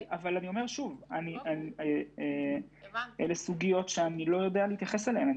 אני אומר שוב שאלו סוגיות שאני לא יודע להתייחס אליהן.